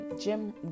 Jim